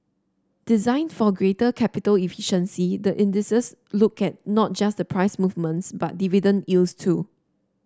designed for greater capital efficiency the indices look at not just the price movements but dividend yields too